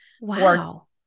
Wow